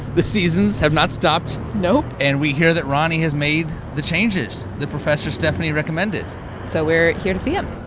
the seasons have not stopped nope and we hear that roni has made the changes that professor stephani recommended so we're here to see him.